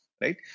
Right